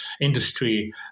industry